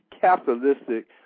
capitalistic